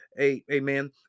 amen